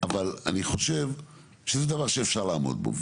אבל אני חושב שזה דבר שאפשר לעמוד בו,